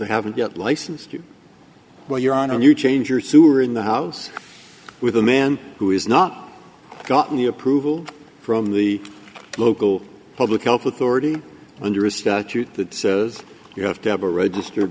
the haven't yet licensed you well your honor you change your sewer in the house with a man who has not gotten the approval from the local public health authority under a statute that says you have to have a register